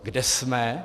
Kde jsme?